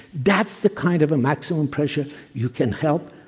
that's the kind of a maximum pressure you can help